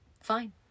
fine